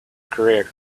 career